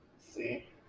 See